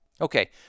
Okay